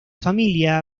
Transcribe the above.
familia